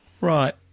Right